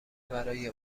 برای